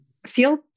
feel